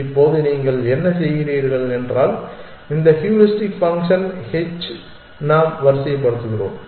இப்போது நீங்கள் என்ன செய்கிறீர்கள் என்றால் இந்த ஹூரிஸ்டிக் ஃபங்க்ஷன் h நாம் வரிசைப்படுத்துகிறோம்